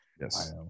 Yes